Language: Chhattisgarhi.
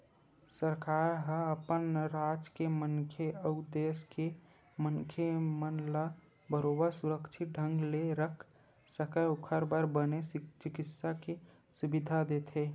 सरकार ह अपन राज के मनखे अउ देस के मनखे मन ला बरोबर सुरक्छित ढंग ले रख सकय ओखर बर बने चिकित्सा के सुबिधा देथे